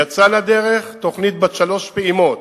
יצאה לדרך תוכנית בת שלוש פעימות,